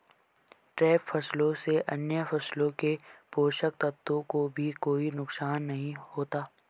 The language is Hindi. ट्रैप फसलों से अन्य फसलों के पोषक तत्वों को भी कोई नुकसान नहीं होता